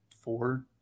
four